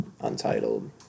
untitled